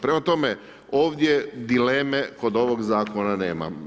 Prema tome, ovdje dileme kod ovog zakona nema.